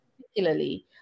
particularly